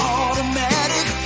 automatic